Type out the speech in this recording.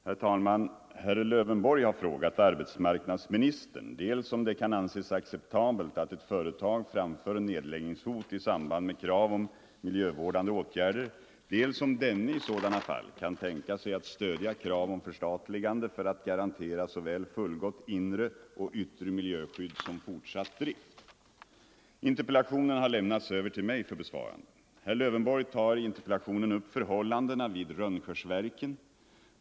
Herr talman! Herr Lövenborg har frågat arbetsmarknadsministern dels om det kan anses acceptabelt att ett företag framför nedläggningshot i samband med krav om miljövårdande åtgärder, dels om denne i sådana fall kan tänka sig att stödja krav om förstatligande för att garantera såväl fullgott inre och yttre miljöskydd som fortsatt drift. Interpellationen har lämnats över till mig för besvarande. Herr Lövenborg tar i interpellationen upp förhållandena vid Rönnskärsverken.